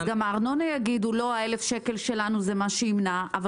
הארנונה יאמרו לא ה-1,000 שקלים שלנו ימנעו אבל